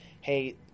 hey